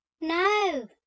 No